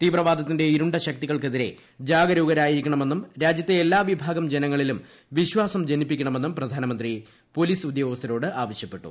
തീവ്രവാദത്തിന്റെ ഇരുണ്ട ശക്തികൾക്കെതിരെ ജാഗരൂകരായിരിക്കണമെന്നും രാജ്യത്തെ എല്ലാ വിഭാഗം ജനങ്ങളിലും വിശ്വാസം ജനിപ്പിക്കണ്ണമെന്നും പ്രധാനമന്ത്രി പോലീസ് ആവശ്യപ്പെട്ടു